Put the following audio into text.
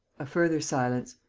a further silence.